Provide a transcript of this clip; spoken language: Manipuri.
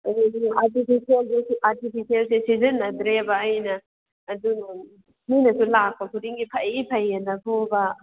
ꯑꯗꯨꯗꯤ ꯁꯤꯖꯟꯅꯗ꯭ꯔꯦꯕ ꯑꯩꯅ ꯑꯗꯨꯗꯣ ꯃꯤꯅꯁꯨ ꯂꯥꯛꯄ ꯈꯨꯗꯤꯡꯒꯤ ꯐꯩ ꯐꯩꯌꯦꯅꯕꯨꯕ